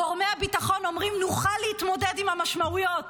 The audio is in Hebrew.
גורמי הביטחון אומרים: נוכל להתמודד עם המשמעויות,